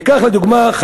ניקח לדוגמה,